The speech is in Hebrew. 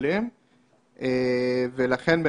מה